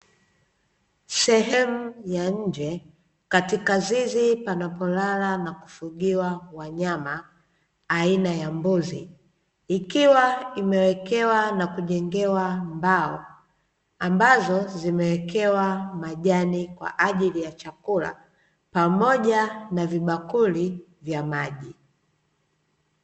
Sehemu ya nje katika zizi panapolala na kufugiwa wanyama aina ya mbuzi ikiwa imewekewa na kujengewa mbao ambazo zimewekewa majani ,kwa ajili ya chakula pamoja na vibakuli vya maji.